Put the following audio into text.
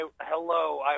Hello